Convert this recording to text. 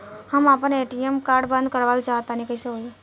हम आपन ATM card बंद करावल चाह तनि कइसे होई?